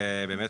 זה באמת,